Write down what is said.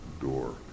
door